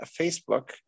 Facebook